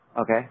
Okay